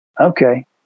Okay